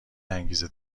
انگیزه